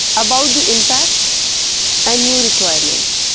about the impact and new requirements.